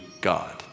God